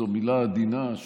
זו מילה עדינה,